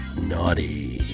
naughty